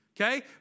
okay